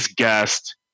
guest